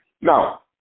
Now